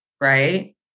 right